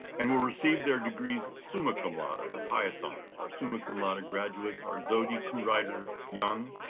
and we'll receive their degrees summa cum laude, with highest honors. our summa cum laude graduates are zohdi cooperrider young,